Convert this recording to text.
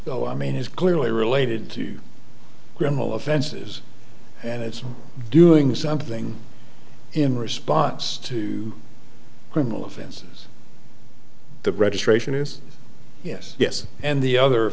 i mean is clearly related to grumble offenses and it's doing something in response to criminal offenses the registration is yes yes and the other